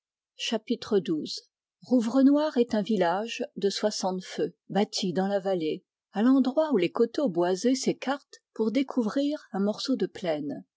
rouvrenoir est un village de soixante feux bâti dans la vallée à l'endroit où les coteaux boisés s'écartent pour découvrir un morceau de plaine